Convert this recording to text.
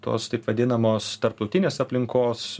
tos taip vadinamos tarptautinės aplinkos